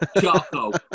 charcoal